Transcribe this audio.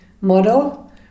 model